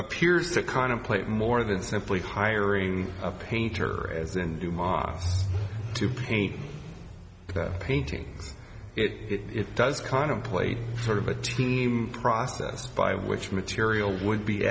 appears to contemplate more than simply hiring a painter as and off to paint paintings it does contemplate sort of a team process by which material would be